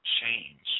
change